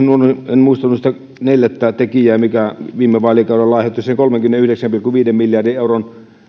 en muistanut sitä neljättä tekijää mikä viime vaalikaudella aiheutti sen kolmenkymmenenyhdeksän pilkku viiden miljardin euron